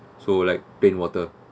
so like plain water